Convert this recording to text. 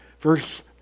verse